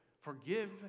Forgive